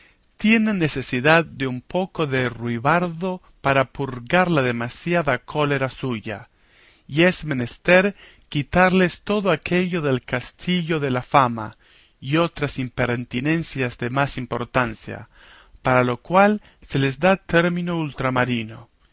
tienen necesidad de un poco de ruibarbo para purgar la demasiada cólera suya y es menester quitarles todo aquello del castillo de la fama y otras impertinencias de más importancia para lo cual se les da término ultramarino